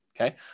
Okay